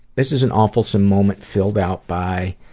this is an awefulsome moment filled out by